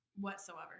whatsoever